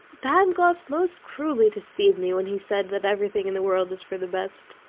pangloss most cruelly deceived me when he said that everything in the world is for the best.